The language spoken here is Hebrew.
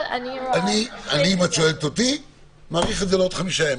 אני מאריך את זה לעוד חמישה ימים,